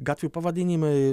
gatvių pavadinimai